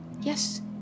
Yes